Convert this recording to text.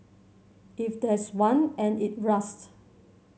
if there's one and it rusts